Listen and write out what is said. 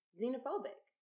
xenophobic